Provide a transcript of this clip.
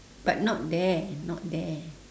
but not there not there